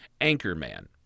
Anchorman